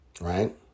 right